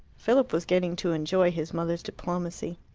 philip was getting to enjoy his mother's diplomacy.